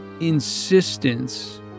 insistence